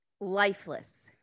Lifeless